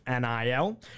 NIL